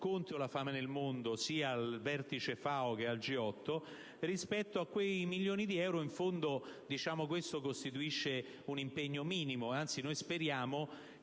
lo ha fatto sia al Vertice FAO che al G8). Rispetto a quei milioni di euro, in fondo, questo costituisce un impegno minimo. Anzi, speriamo